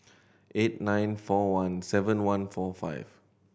eight nine four one seven one four five